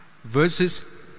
verses